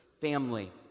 family